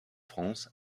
france